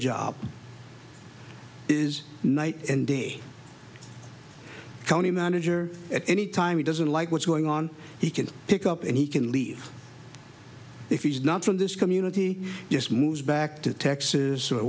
job is night and day county manager at any time he doesn't like what's going on he can pick up and he can leave if he's not from this community just moved back to texas or